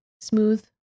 smooth